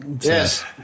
Yes